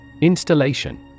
Installation